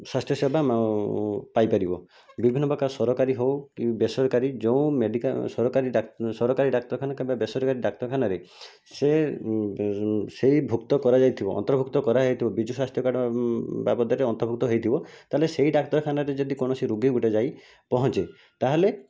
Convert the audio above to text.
ସ୍ଵାସ୍ଥ୍ୟ ସରକାରୀ ହେଉ କି ବେସରକାରୀ ଯେଉଁ ସରକାରୀ ସରକାରୀ ଡାକ୍ତରଖାନା କିମ୍ବା ବେସରକାରୀ ଡାକ୍ତରଖାନାରେ ସେ ସେହି ଭୁକ୍ତ କରାଯାଇଥିବ ଅନ୍ତର୍ଭୁକ୍ତ କରାହୋଇଥିବ ବିଜୁ ସ୍ୱାସ୍ଥ୍ୟ କାର୍ଡ଼୍ ବାବଦରେ ଅନ୍ତର୍ଭୁକ୍ତ ହୋଇଥିବ ତା'ହେଲେ ସେହି ଡାକ୍ତରଖାନାରେ ଯଦି କୌଣସି ରୋଗୀ ଗୋଟିଏ ଯାଇ ପହଞ୍ଚେ ତା'ହେଲେ